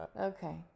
Okay